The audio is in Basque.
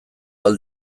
ahal